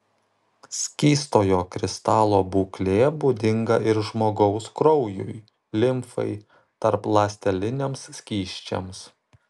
skystojo kristalo būklė būdinga ir žmogaus kraujui limfai tarpląsteliniams skysčiams